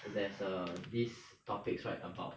there's a this topics right about